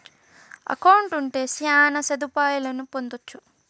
account ఉంటే శ్యాన సదుపాయాలను పొందొచ్చు